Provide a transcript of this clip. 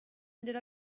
ended